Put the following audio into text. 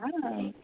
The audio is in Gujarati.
હા